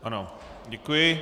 Ano, děkuji.